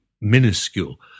minuscule